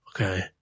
Okay